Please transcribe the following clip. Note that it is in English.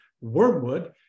Wormwood